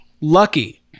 Lucky